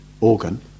organ